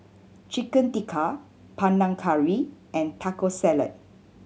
Chicken Tikka Panang Curry and Taco Salad